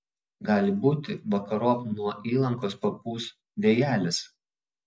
gali būti vakarop nuo įlankos papūs vėjelis